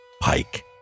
Pike